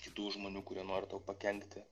kitų žmonių kurie nori tau pakenkti